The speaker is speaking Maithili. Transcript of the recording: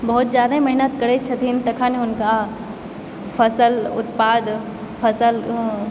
बहुत जादे मेहनत करैत छथिन तखन हुनका फसल उत्पाद फसल